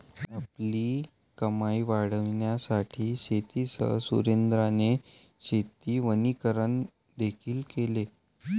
आपली कमाई वाढविण्यासाठी शेतीसह सुरेंद्राने शेती वनीकरण देखील केले